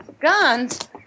Guns